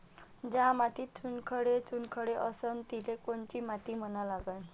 ज्या मातीत चुनखडे चुनखडे असन तिले कोनची माती म्हना लागन?